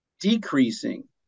decreasing